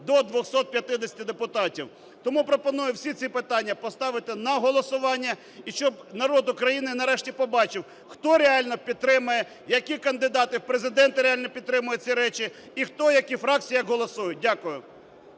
до 250 депутатів. Тому пропоную всі ці питання поставити на голосування, і щоб народ України нарешті побачив, хто реально підтримає, які кандидати в Президенти реально підтримають ці речі, і хто, які фракції як голосують. Дякую.